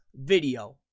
video